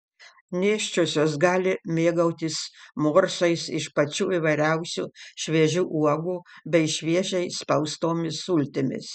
nėščiosios gali mėgautis morsais iš pačių įvairiausių šviežių uogų bei šviežiai spaustomis sultimis